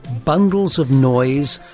bundles of noise,